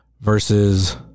versus